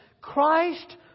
Christ